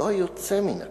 לא היוצא מן הכלל.